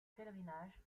pèlerinage